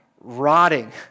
rotting